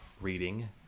reading